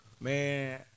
Man